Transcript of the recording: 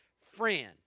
friend